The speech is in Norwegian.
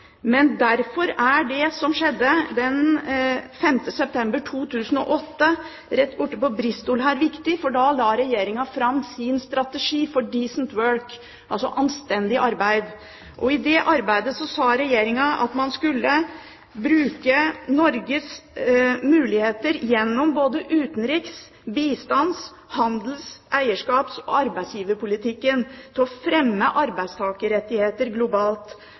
Men derfor er det som skjedde den 5. september 2008 rett borte på Bristol, viktig, for da la Regjeringen fram sin strategi for «decent work», altså anstendig arbeid. I det arbeidet sa Regjeringen at man skulle bruke Norges muligheter gjennom både utenriks-, bistands-, handels-, eierskaps- og arbeidsgiverpolitikken til å fremme arbeidstakerrettigheter globalt,